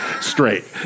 straight